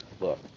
look